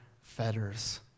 fetters